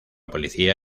policía